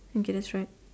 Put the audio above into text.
okay let's try